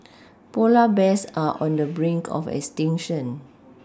polar bears are on the brink of extinction